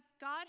God